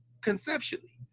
conceptually